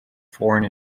foreign